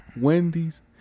Wendy's